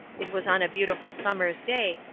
it was on a beautiful summer's day,